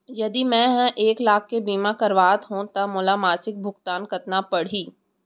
यदि मैं ह एक लाख के बीमा करवात हो त मोला मासिक भुगतान कतना पड़ही?